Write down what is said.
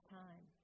time